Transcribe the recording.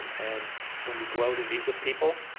um and when we go out and meet with people,